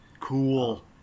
cool